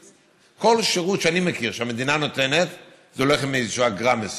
כל שירות שאני מכיר שהמדינה נותנת הולך עם איזושהי אגרה מסוימת.